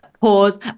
Pause